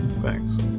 Thanks